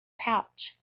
pouch